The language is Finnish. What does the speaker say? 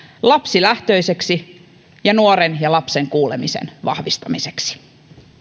lapsilähtöisyyden ja nuoren ja lapsen kuulemisen vahvistamiseksi